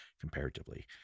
comparatively